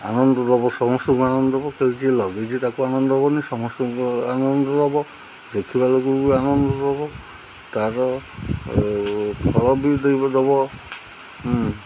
ଆନନ୍ଦ ଦେବ ସମସ୍ତଙ୍କୁ ଆନନ୍ଦ ଦେବ ଲଗାଇଛି ତାକୁ ଆନନ୍ଦ ହେବନି ସମସ୍ତଙ୍କୁ ଆନନ୍ଦ ଦେବ ଦେଖିବା ବି ଆନନ୍ଦ ଦେବ ତା'ର ଫଳ ବି ଦେଇ ଦେବ